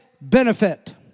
benefit